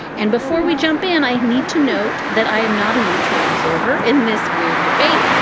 and before we jump in, i need to note that i am not a neutral observer in this weird debate.